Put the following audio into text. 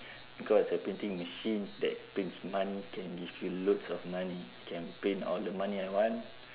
because a printing machine that prints money can give you loads of money can print all the money I want